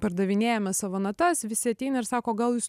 pardavinėjame savo natas visi ateina ir sako gal jūs